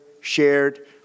shared